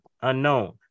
Unknown